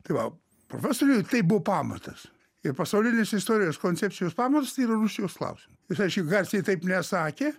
tai va profesoriui tai buvo pamatas ir pasaulinės istorijos koncepcijos pamatas tai yra rusijos klausimas jis reiškia garsiai taip nesakė